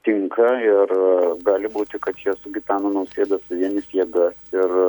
tinka ir gali būti kad jie su gitanu nausėda suvienys jėgas ir